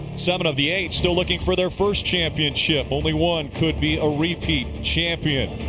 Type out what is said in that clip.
seven of the eight still looking for their first championship. only one could be a repeat champion.